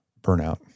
burnout